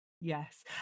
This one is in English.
Yes